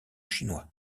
chinois